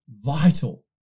vital